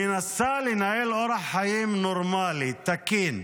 מנסה לנהל אורח חיים נורמלי, תקין,